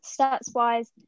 Stats-wise